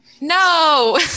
No